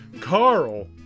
Carl